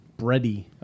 Bready